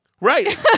Right